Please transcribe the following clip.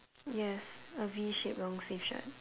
yes a V shape long sleeve shirt